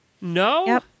No